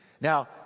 Now